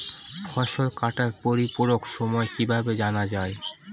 ফসল কাটার পরিপূরক সময় কিভাবে জানা যায়?